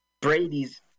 Brady's